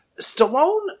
Stallone